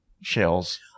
shells